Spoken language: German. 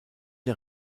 der